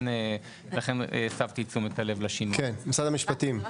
כן, משרד המשפטים.